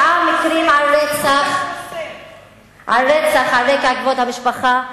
תשעה מקרים של רצח על רקע כבוד המשפחה,